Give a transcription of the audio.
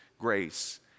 grace